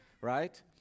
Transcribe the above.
right